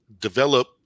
develop